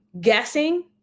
guessing